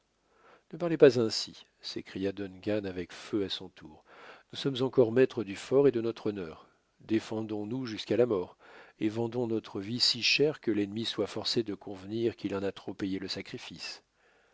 ne parlez pas ainsi s'écria duncan avec feu à son tour nous sommes encore maîtres du fort et de notre honneur défendons nous jusqu'à la mort et vendons notre vie si cher que l'ennemi soit forcé de convenir qu'il en a trop payé le sacrifice